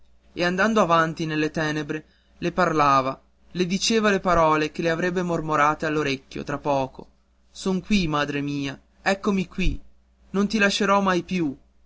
e andando avanti nelle tenebre le parlava le diceva le parole che le avrebbe mormorate all'orecchio tra poco son qui madre mia eccomi qui non ti lascerò mai più